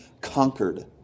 conquered